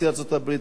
שנפגש